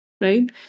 right